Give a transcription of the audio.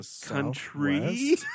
country